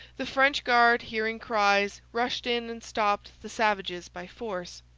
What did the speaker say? the french guard, hearing cries, rushed in and stopped the savages by force.